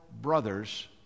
brothers